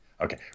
Okay